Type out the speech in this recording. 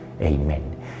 amen